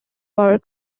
more